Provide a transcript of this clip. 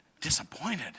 disappointed